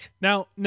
Now